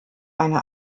eine